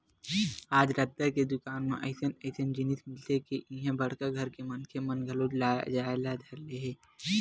आज रद्दा के दुकान म अइसन अइसन जिनिस मिलथे के इहां बड़का घर के मनखे मन घलो जाए ल धर ले हे